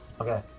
Okay